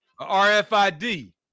RFID